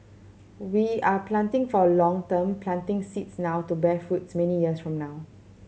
we are planting for the long term planting seeds now to bear fruit many years from now